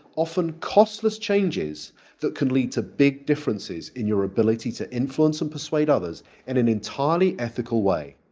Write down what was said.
often costless changes that can lead to big differences in your ability to influence and persuade others in an entirely ethical way.